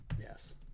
Yes